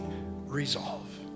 resolve